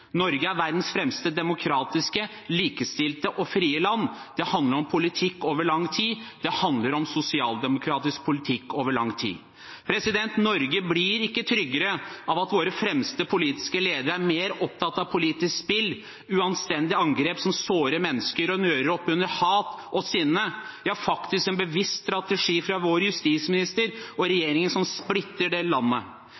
Norge er verdens fremste demokratiske, likestilte og frie land. Det handler om politikk over lang tid. Det handler om sosialdemokratisk politikk over lang tid. Norge blir ikke tryggere av at våre fremste politiske ledere er mer opptatt av politisk spill og uanstendige angrep som sårer mennesker og nører opp under hat og sinne. Det er en bevisst strategi fra vår justisminister og